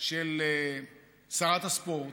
של שרת הספורט,